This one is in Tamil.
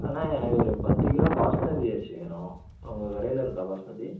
அண்ணா எனக்கு ஒரு பத்து கிலோ பாஸ்மதி அரிசி வேணும் உங்கள் கடையில் இருக்கா பாஸ்மதி